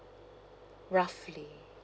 roughly